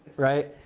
right?